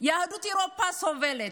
יהדות אירופה סובלת.